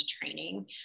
training